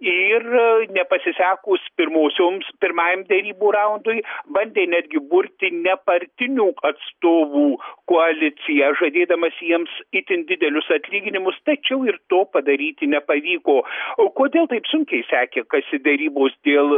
ir nepasisekus pirmosioms pirmajam derybų raundui bandė netgi burti nepartinių atstovų koaliciją žadėdamas jiems itin didelius atlyginimus tačiau ir to padaryti nepavyko o kodėl taip sunkiai sekė kasi derybos dėl